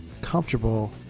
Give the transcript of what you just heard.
comfortable